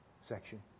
section